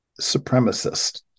supremacist